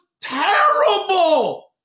terrible